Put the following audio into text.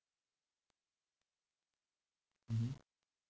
mmhmm